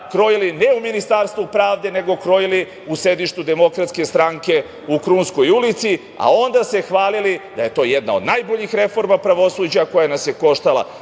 krojili, ne u Ministarstvu pravde, nego krojili u sedištu DS u Krunskoj ulici, a onda se hvalili da je to jedna od najbolji reforma pravosuđa koja nas je koštala